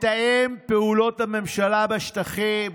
מתאם פעולות הממשלה בשטחים,